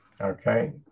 okay